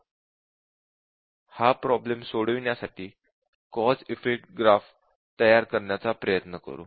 चला हा प्रॉब्लेम सोडविण्यासाठी कॉझ इफेक्ट ग्राफ तयार करण्याचा प्रयत्न करू